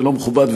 ולא מכובד,